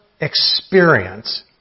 experience